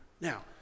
Now